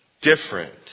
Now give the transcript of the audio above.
different